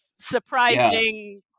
surprising